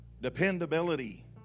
dependability